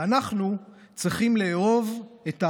ואנחנו צריכים לאהוב את האדם,